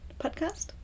podcast